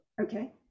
Okay